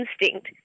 instinct